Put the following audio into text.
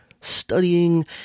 studying